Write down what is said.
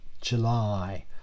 July